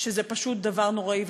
שזה פשוט דבר נוראי,